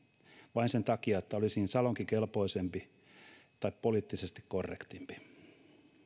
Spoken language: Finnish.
vain sen takia että olisin salonkikelpoisempi tai poliittisesti korrektimpi on